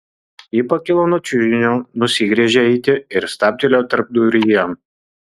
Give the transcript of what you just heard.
ji pakilo nuo čiužinio nusigręžė eiti ir stabtelėjo tarpduryje